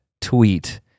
tweet